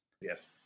Yes